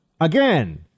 Again